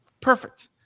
Perfect